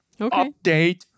Update